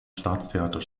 staatstheater